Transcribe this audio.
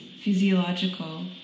physiological